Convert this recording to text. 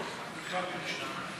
שוויון הזדמנויות בחינוך),